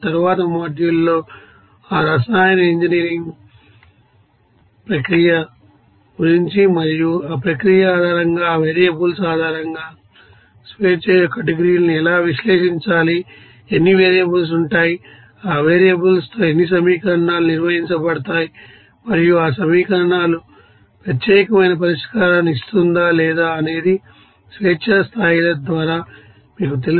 తరువాతి మాడ్యూల్లో ఆ రసాయన ఇంజనీర్ ప్రక్రియ గురించి మరియు ఆ ప్రక్రియ ఆధారంగా ఆ వేరియబుల్స్ ఆధారంగా స్వేచ్ఛ యొక్క డిగ్రీలను ఎలా విశ్లేషించాలి ఎన్ని వేరియబుల్స్ ఉంటాయి ఆ వేరియబుల్స్తోఎన్ని సమీకరణాలు నిర్వహించబడతాయి మరియు ఆ సమీకరణాలు ప్రత్యేకమైన పరిష్కారాన్ని ఇస్తుందా లేదా అనేది స్వేచ్ఛా స్థాయిల ద్వారా మీకు తెలుసు